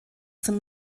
zum